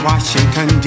Washington